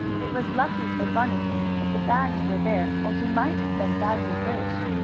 it was lucky for bunny that the bags were there, or he might have been badly bruised.